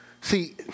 See